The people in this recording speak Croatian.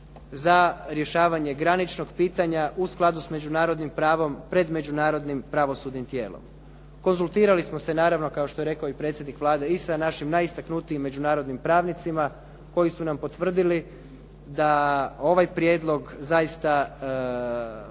za rješavanje graničnog pitanja u skladu s međunarodnim pravom pred međunarodnim pravosudnim tijelom. Konzultirali smo se naravno kao što je rekao i predsjednik Vlade i sa našim najistaknutijim međunarodnim pravnicima koji su nam potvrdili da ovaj prijedlog zaista